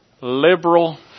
liberal